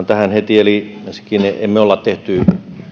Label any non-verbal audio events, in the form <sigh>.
<unintelligible> tähän heti että ensinnäkään emme me ole tehneet